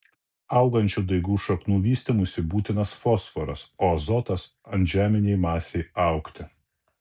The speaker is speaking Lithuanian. augančių daigų šaknų vystymuisi būtinas fosforas o azotas antžeminei masei augti